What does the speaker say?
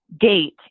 gate